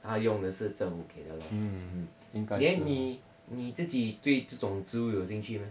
他用的政府给的 then 你你自己对这种植物有兴趣 meh